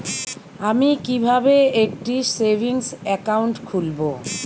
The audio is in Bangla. আমি কিভাবে একটি সেভিংস অ্যাকাউন্ট খুলব?